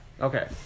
okay